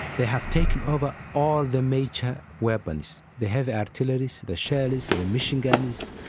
they have taken over all the major weapons, the heavy artillery, so the shells, the machine guns,